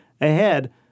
ahead